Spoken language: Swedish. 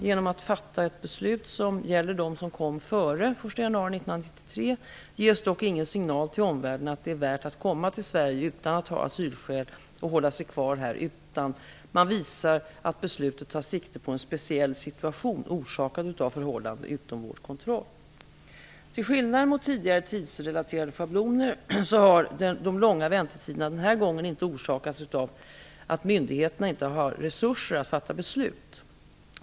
Genom att fatta ett beslut som gäller dem som kom före den 1 januari 1993 ges dock ingen signal till omvärlden om att det är värt att komma till Sverige utan att ha asylskäl och hålla sig kvar här, utan man visar att beslutet tar sikte på en speciell situation, orsakad av förhållanden utom vår kontroll. Till skillnad mot tidigare tidsrelaterade schabloner har de långa väntetiderna denna gång inte orsakats av att myndigheterna inte har resurser att fatta beslut.